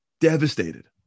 Devastated